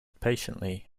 patiently